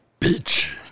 bitch